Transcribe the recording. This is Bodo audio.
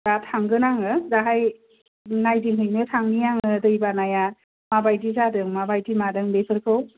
दा थांगोन आङो दाहाय नायदिं हैनो थांनि आङो दैबानाया मा बायदि जादों मा बायदि मादों बेफोरखौ